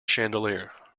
chandelier